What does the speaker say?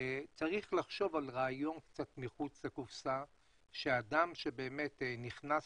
צריך לחשוב על רעיון קצת מחוץ לקופסה שאדם שבאמת נכנס